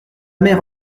mère